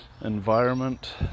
environment